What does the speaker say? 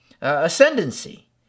ascendancy